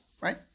right